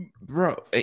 Bro